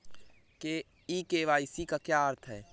ई KYC का क्या अर्थ होता है?